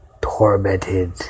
tormented